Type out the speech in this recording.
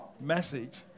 message